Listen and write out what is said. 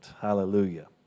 Hallelujah